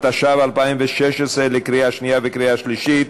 התשע"ו 2016, לקריאה שנייה ולקריאה שלישית.